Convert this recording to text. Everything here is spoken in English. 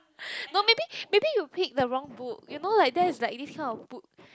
no maybe maybe you pick the wrong book you know like that is like this kind of book